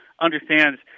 understands